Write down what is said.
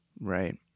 Right